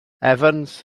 evans